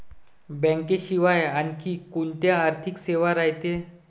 बँकेशिवाय आनखी कोंत्या आर्थिक सेवा रायते?